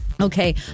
Okay